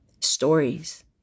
stories